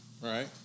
Right